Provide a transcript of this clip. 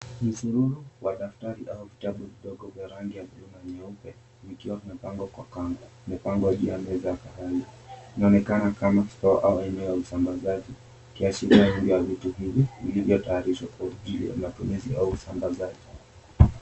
Msururu wa daftari au vitabu vidogo vya rangi ya buluu na nyeupe vikiwa vimepangwa kwa kamba. Vimepangwa juu ya meza ya kahawia. Inaonekana kama store au eneo ya usambazaji kuashiria kuwa vitu hivi vilivyotayarishwa kwa ajili ya matumizi au usambazaji.